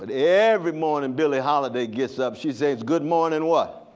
and every morning and billie holiday gets up she says good morning what.